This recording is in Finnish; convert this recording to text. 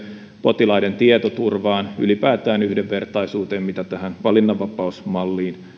potilaiden tietoturvaan ylipäätään yhdenvertaisuuteen mitä tähän valinnanvapausmalliin